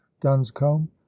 dunscombe